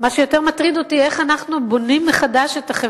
מה שיותר מטריד אותי זה איך אנחנו בונים את החברה,